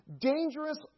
dangerous